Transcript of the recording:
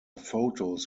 photos